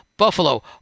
Buffalo